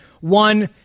One